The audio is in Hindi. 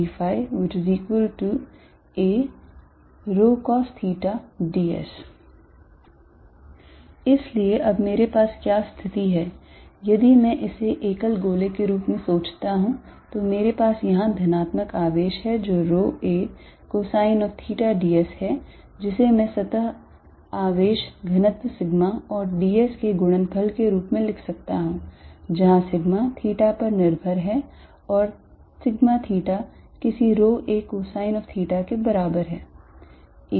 dQaρcosθR2dcosθdϕaρcosθds इसलिए अब मेरे पास क्या स्थिति है यदि मैं इसे एकल गोले के रूप में सोचता हूं तो मेरे पास यहां धनात्मक आवेश है जो rho a cosine of theta d s है जिसे मैं सतह आवेश घनत्व sigma और ds के गुणनफल के रूप में लिख सकता हूं जहां sigma theta पर निर्भर है और sigma theta किसी rho a cosine of theta के बराबर है